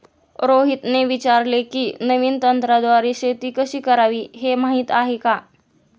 रोहितने विचारले की, नवीन तंत्राद्वारे शेती कशी करावी, हे माहीत आहे का?